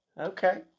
okay